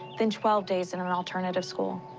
then twelve days in an alternative school.